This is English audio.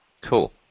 Cool